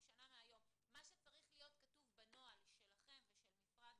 מה שצריך להיות כתוב בנוהל שלכם ושל משרד